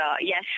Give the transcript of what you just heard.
yes